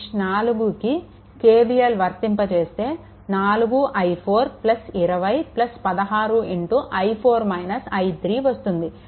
మెష్4కి KVL వర్తింపజేస్తే 4i4 20 16 వస్తుంది